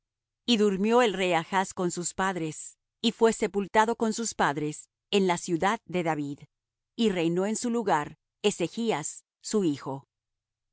y durmió azarías con sus padres y sepultáronlo con sus padres en la ciudad de david y reinó en su lugar jotham su hijo